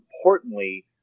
importantly